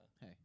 Hey